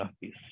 peace